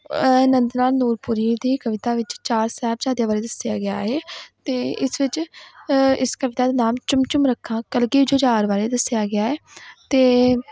ਨੰਦ ਲਾਲ ਨੂਰਪੁਰੀ ਦੀ ਕਵਿਤਾ ਵਿੱਚ ਚਾਰ ਸਾਹਿਬਜ਼ਾਦਿਆਂ ਬਾਰੇ ਦੱਸਿਆ ਗਿਆ ਹੈ ਅਤੇ ਇਸ ਵਿੱਚ ਇਸ ਕਵਿਤਾ ਦਾ ਨਾਮ ਚੁੰਮ ਚੁੰਮ ਰੱਖਾਂ ਕਲਗੀ ਜੁਝਾਰ ਬਾਰੇ ਦੱਸਿਆ ਗਿਆ ਹੈ ਅਤੇ